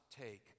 take